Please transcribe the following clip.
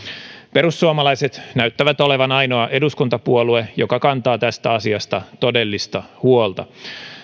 perussuomalaiset näyttävät olevan ainoa eduskuntapuolue joka kantaa tästä asiasta todellista huolta